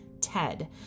Ted